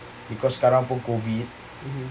because sekarang pun COVID